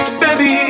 baby